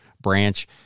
branch